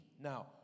Now